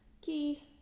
key